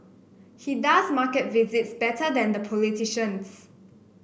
he does market visits better than the politicians